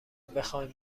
بخواین